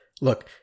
Look